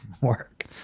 work